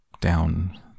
Down